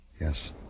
Yes